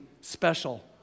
special